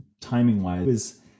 timing-wise